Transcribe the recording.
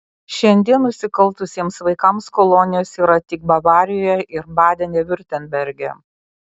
šiandien nusikaltusiems vaikams kolonijos yra tik bavarijoje ir baden viurtemberge